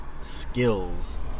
skills